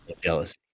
jealousy